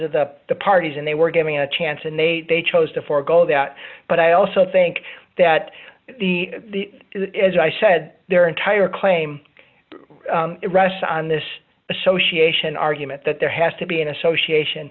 of the parties and they were giving a chance and they chose to forgo that but i also think that the the as i said their entire claim rush on this association argument that there has to be an association